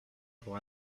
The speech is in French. pour